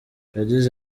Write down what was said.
yagize